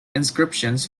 inscriptions